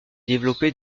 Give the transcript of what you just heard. développer